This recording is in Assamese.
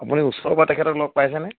আপুনি ওচৰৰ পা তেখেতক লগ পাইছেনে